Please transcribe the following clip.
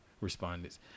respondents